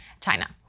China